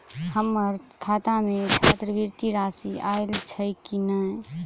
हम्मर खाता मे छात्रवृति राशि आइल छैय की नै?